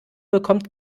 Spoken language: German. bekommt